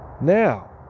Now